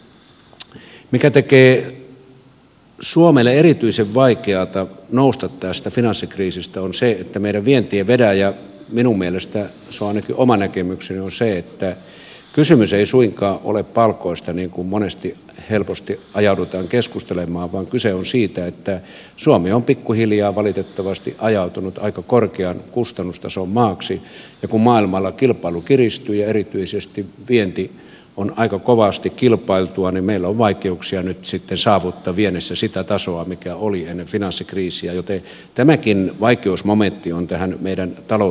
mikä tekee suomelle erityisen vaikeaksi nousta tästä finanssikriisistä on se että meidän vienti ei vedä ja ainakin oma näkemykseni on että kysymys ei suinkaan ole palkoista niin kuin monesti helposti ajaudutaan keskustelemaan vaan kyse on siitä että suomi on pikkuhiljaa valitettavasti ajautunut aika korkean kustannustason maaksi ja kun maailmalla kilpailu kiristyy ja erityisesti vienti on aika kovasti kilpailtua meillä on vaikeuksia nyt sitten saavuttaa viennissä sitä tasoa mikä oli ennen finanssikriisiä joten tämäkin vaikeusmomentti on tähän meidän talouteen tullut